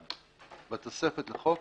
1. בתוספת לחוק,